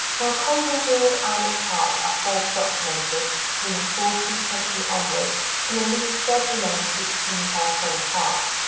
now coleshill hall and its park are first documented from the fourteenth century onwards and at least jointly named with kingshurst hall park.